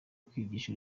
kwigisha